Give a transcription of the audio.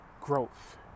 growth